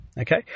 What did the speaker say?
Okay